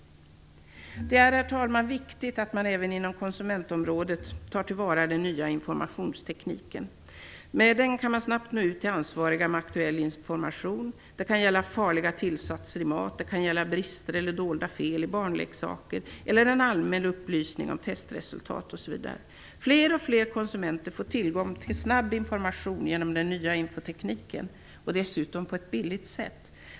Herr talman! Det är viktigt att man även inom konsumentområdet tar till vara den nya informationstekniken. Med den kan man snabbt nå ut till ansvariga med aktuell information. Det kan gälla farliga tillsatser i mat, brister eller dolda fel i barnleksaker eller en allmän upplysning om testresultat. Fler och fler konsumenter får tillgång till snabb information genom den nya infotekniken och dessutom på ett billigt sätt.